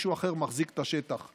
מישהו אחר מחזיק את השטח.